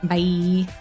Bye